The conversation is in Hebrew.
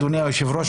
אדוני היושב ראש,